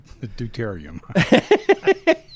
Deuterium